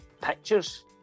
pictures